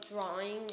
drawing